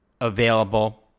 available